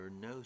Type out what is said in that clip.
no